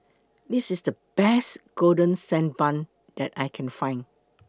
This IS The Best Golden Sand Bun that I Can Find